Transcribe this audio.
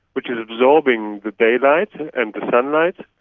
which is absorbing the daylight and the sunlight,